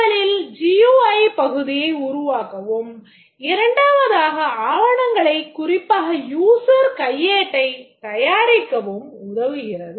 முதலில் GUI பகுதியை உருவாக்கவும் இரண்டாவதாக ஆவணங்களைக் குறிப்பாக user கையேட்டை தயாரிக்கவும் உதவுகிறது